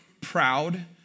proud